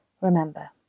Remember